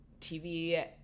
TV